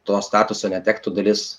to statuso netektų dalis